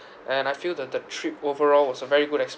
and I feel that the trip overall was a very good exprience